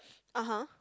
(uh huh)